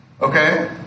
Okay